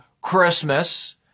Christmas